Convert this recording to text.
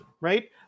Right